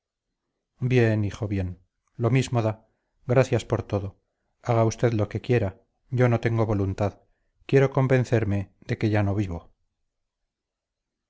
bien hijo bien lo mismo da gracias por todo haga usted lo que quiera yo no tengo voluntad quiero convencerme de que ya no vivo